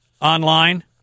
online